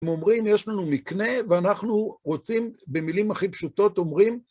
הם אומרים, יש לנו מקנה ואנחנו רוצים, במילים הכי פשוטות אומרים,